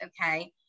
Okay